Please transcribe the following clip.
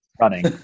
running